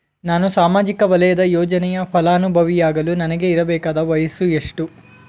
ನಾನು ಸಾಮಾಜಿಕ ವಲಯದ ಯೋಜನೆಯ ಫಲಾನುಭವಿ ಯಾಗಲು ನನಗೆ ಇರಬೇಕಾದ ವಯಸ್ಸು ಎಷ್ಟು?